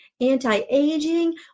anti-aging